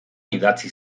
idatzi